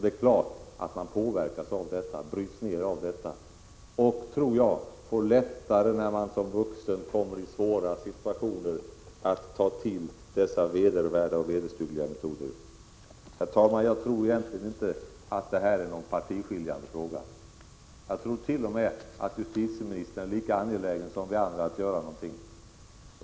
Det är klart att de påverkas och bryts ned av detta och får lättare för att, när de senare som vuxna kommer i svåra situationer, ta till dessa vederstyggliga metoder. Herr talman! Jag tror egentligen inte att denna fråga är partiskiljande. Jag tror t.o.m. att justitieministern är lika angelägen som vi andra att göra någonting.